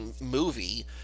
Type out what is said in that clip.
movie